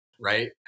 Right